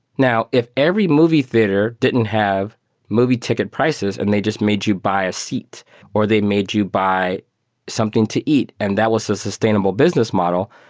now, if every movie theater didn't have movie ticket prices and they just made you buy a seat or they made you buy something to eat, and that was a sustainable business model,